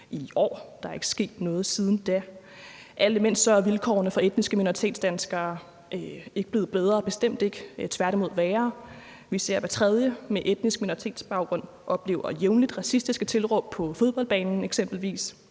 i år. Der er ikke sket noget siden da, og imens er vilkårene for etniske minoritetsdanskere ikke blevet bedre, bestemt ikke. De er tværtimod blevet værre. Vi ser, at hver tredje med etnisk minoritetsbaggrund jævnligt oplever racistiske tilråb, eksempelvis